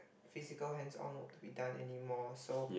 physical hands on work to be done anymore so